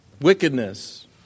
wickedness